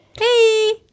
hey